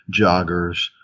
joggers